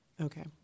okay